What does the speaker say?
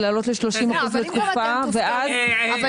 להעלות ל-30% לתקופה ואז --- בסדר,